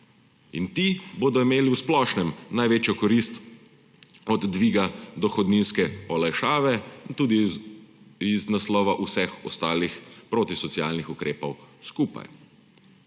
Ti bodo imeli v splošnem največjo korist od dviga dohodninske olajšave in tudi iz naslova vseh ostalih protisocialnih ukrepov skupaj.